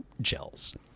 gels